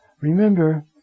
remember